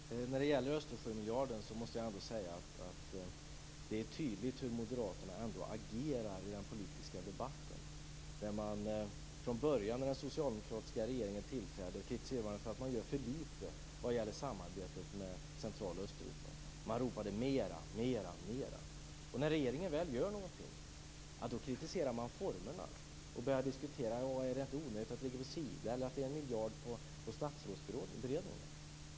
Fru talman! När det gäller Östersjömiljarden måste jag säga att det är tydligt hur Moderaterna ändå agerar i den politiska debatten. När den socialdemokratiska regeringen tillträdde kritiserades den av Moderaterna för att göra för litet vad gäller samarbetet med Central och Östeuropa. Man ropade: Mera, mera, mera! När regeringen väl gör något kritiserar Moderaterna formerna och börjar diskutera om det inte är onödigt att det ligger på Sida eller att det rör sig om 1 miljard på Statsrådsberedningen.